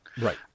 Right